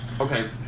Okay